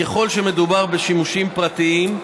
ככל שמדובר בשימושים פרטיים,